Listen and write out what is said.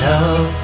Love